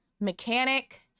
mechanic